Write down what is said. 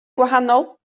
gwahanol